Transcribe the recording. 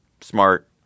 smart